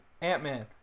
Ant-Man